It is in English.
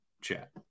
chat